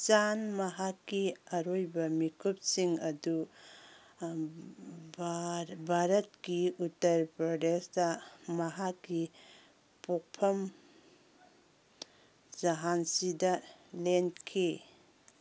ꯆꯥꯟ ꯃꯍꯥꯛꯀꯤ ꯑꯔꯣꯏꯕ ꯃꯤꯀꯨꯞꯁꯤꯡ ꯑꯗꯨ ꯚꯥꯔꯠꯀꯤ ꯎꯠꯇꯔ ꯄ꯭ꯔꯗꯦꯁꯇ ꯃꯍꯥꯛꯀꯤ ꯄꯣꯛꯐꯝ ꯖꯍꯥꯟꯁꯤꯗ ꯂꯦꯟꯈꯤ